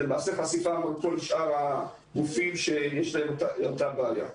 זה למעשה חשיפה מול כל שאר הגופים שיש להם את אותה הבעיה.